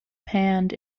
panned